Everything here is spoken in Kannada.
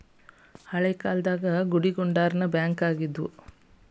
ಹಳೇ ಕಾಲ್ದಾಗ ಗುಡಿಗುಂಡಾರಾನ ಬ್ಯಾಂಕ್ ಆಗಿದ್ವು